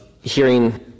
hearing